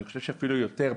ואני חושב שאפילו יותר,